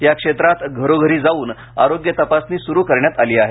या क्षेत्रात घरोघरी जाऊन आरोग्य तपासणी सुरू करण्यात आली आहे